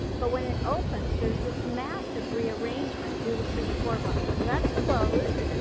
but when it opens, there's this massive rearrangement due to c d four binding. so that's closed.